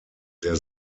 der